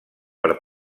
per